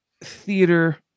theater